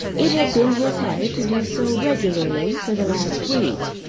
it had been his habit to do so regularly for the last week.